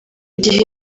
gihe